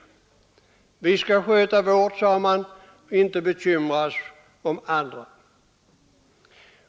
Vi skall sköta vårt, sade man, inte bekymra oss om andra.